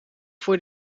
voor